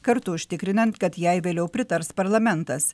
kartu užtikrinant kad jai vėliau pritars parlamentas